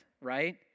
right